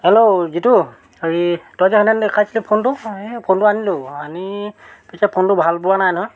hello Jitu হেৰি তই যে সেইদিনাখনি দেখাইছিলি ফোনটো সেই ফোনটো আনিলোঁ আনি পিছে সেই ফোনটো ভাল পোৱা নাই নহয়